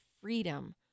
freedom